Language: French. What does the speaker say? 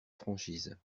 franchise